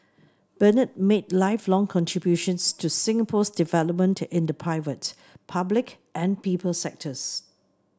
Bernard made lifelong contributions to Singapore's development in the private public and people sectors